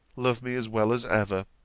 love me as well as ever,